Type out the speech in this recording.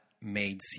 made